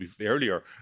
earlier